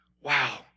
Wow